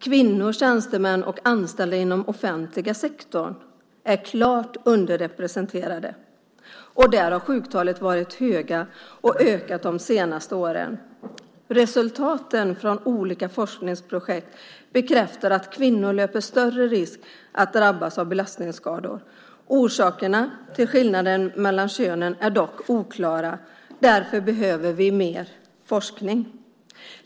Kvinnor, tjänstemän och anställda inom den offentliga sektorn är klart underrepresenterade, och där har sjuktalen varit höga och ökat de senaste åren. Resultaten från olika forskningsprojekt bekräftar att kvinnor löper större risk att drabbas av belastningsskador. Orsakerna till skillnaden mellan könen är dock oklara. Därför behöver vi mer forskning.